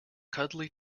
cuddly